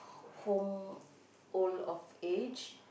home old of age